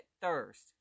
thirst